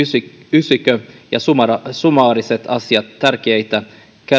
yksikkö ja summaariset asiat ovat tärkeitä